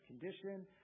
condition